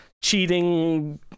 cheating